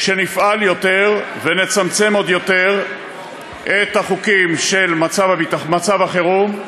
שנפעל יותר ונצמצם עוד יותר את החוקים של מצב החירום.